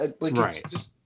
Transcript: Right